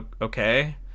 Okay